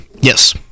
Yes